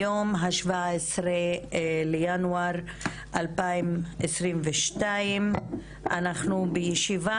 היום ה-17 לינואר 2022. אנחנו בישיבה